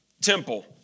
temple